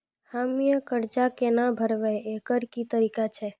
हम्मय कर्जा केना भरबै, एकरऽ की तरीका छै?